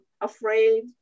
afraid